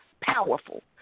powerful